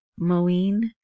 Moeen